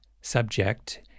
subject